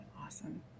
Awesome